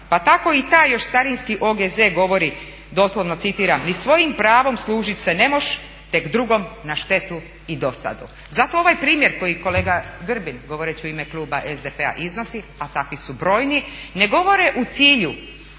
pa tako i taj još starinski OGZ govori doslovno citiram: "Ni svojim pravom služit se nemoš, tek drugim na štetu i dosadu." Zato ovaj primjer koji kolega Grbin govoreći u ime kluba SDP-a iznosi, a takvi su brojni ne govore u cilju